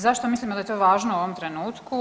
Zašto mislimo da je to važno u ovom trenutku?